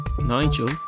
Nigel